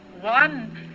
One